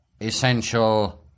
essential